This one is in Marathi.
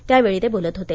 त्यावेळी ते बोलत होते